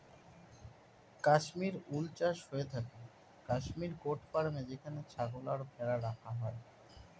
Kashmir wool চাষ হয়ে থাকে কাশ্মীর গোট ফার্মে যেখানে ছাগল আর ভেড়া রাখা হয়